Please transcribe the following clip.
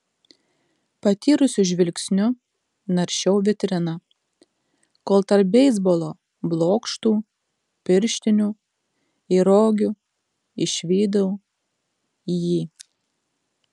patyrusiu žvilgsniu naršiau vitriną kol tarp beisbolo blokštų pirštinių ir rogių išvydau jį